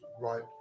right